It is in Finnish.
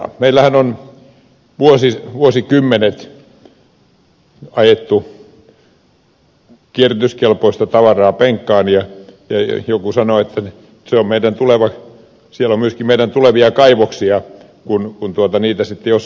meillähän on vuosikymmenet ajettu kierrätyskelpoista tavaraa penkkaan ja joku sanoi että siellä on myöskin meidän tulevia kaivoksia kun niitä sitten jossain vaiheessa avataan